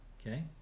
Okay